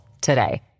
today